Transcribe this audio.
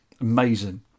Amazing